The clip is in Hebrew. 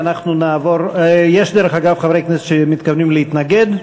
יש חברי כנסת שמתכוונים להתנגד?